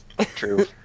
true